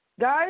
Guys